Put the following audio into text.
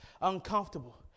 uncomfortable